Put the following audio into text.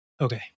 okay